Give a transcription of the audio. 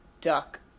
Duck